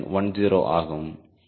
10 ஆகும்